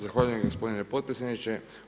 Zahvaljujem gospodine potpredsjedniče.